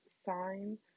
sign